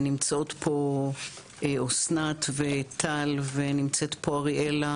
נמצאות פה אסנת וטל ונמצאת פה אריאלה